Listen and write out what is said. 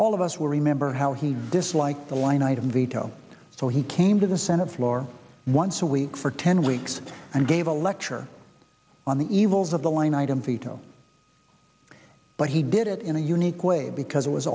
all of us will remember how he disliked the line item veto so he came to the senate floor once a week for ten weeks and gave a lecture on the evils of the line item veto but he did it in a unique way because it was